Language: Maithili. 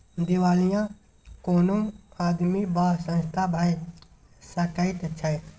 दिवालिया कोनो आदमी वा संस्था भए सकैत छै